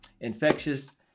infectious